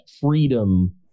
freedom